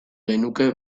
genuke